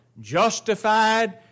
justified